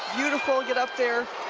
beautiful, get up there,